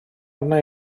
arna